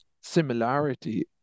similarity